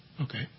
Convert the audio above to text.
Okay